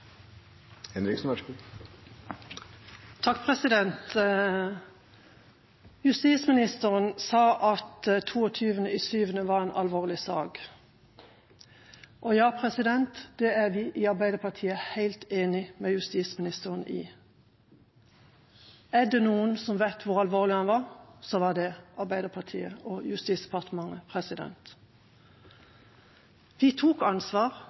Justisministeren sa at 22. juli var en alvorlig sak. Ja, det er vi i Arbeiderpartiet helt enig med justisministeren i. Er det noen som vet hvor alvorlig det var, er det Arbeiderpartiet og Justisdepartementet. Vi tok ansvar.